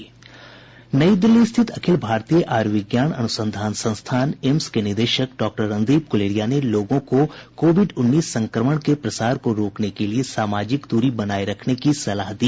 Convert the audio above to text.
नई दिल्ली स्थित अखिल भारतीय आयूर्विज्ञान अनुसंधान संस्थान एम्स के निदेशक डॉ रणदीप गूलेरिया ने लोगों को कोविड उन्नीस संक्रमण के प्रसार को रोकने के लिए सामाजिक दूरी बनाए रखने की सलाह दी